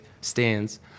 stands